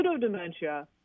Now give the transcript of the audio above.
Pseudo-dementia